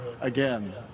again